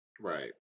Right